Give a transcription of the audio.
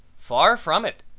far from it.